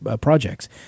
projects